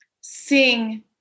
Sing